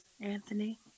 Anthony